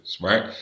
Right